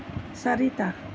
চাৰিটা